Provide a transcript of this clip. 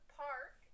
park